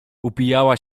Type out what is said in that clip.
upijała